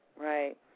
Right